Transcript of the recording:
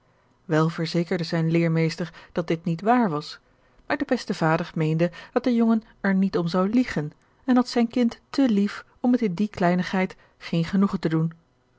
wel verzekerde zijn leermeester dat dit niet waar was maar de beste vader meende dat de jongen er niet om zou liegen en had zijn kind te lief om het in die kleinigheid geen genoegen te doen